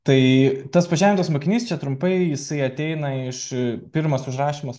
tai tas pažemintas mokinys čia trumpai jisai ateina iš pirmas užrašymas